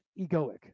egoic